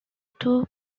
two